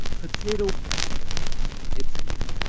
potato pepper italy